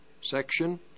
section